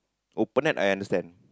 open net I understand